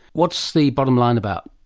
what's the bottom line about?